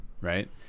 right